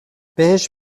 بهش